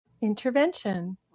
Intervention